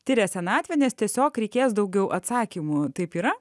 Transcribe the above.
tiria senatvę nes tiesiog reikės daugiau atsakymų taip yra